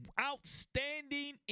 outstanding